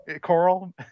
Coral